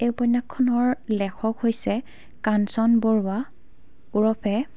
এই উপন্যাসখনৰ লেখক হৈছে কাঞ্চন বৰুৱা ওৰফে